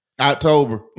October